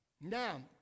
Now